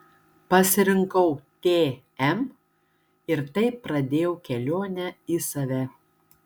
pasirinkau tm ir taip pradėjau kelionę į save